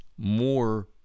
More